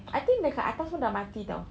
I think dekat atas pun dah mati [tau]